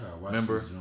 Remember